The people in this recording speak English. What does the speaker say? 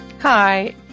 Hi